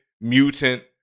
mutant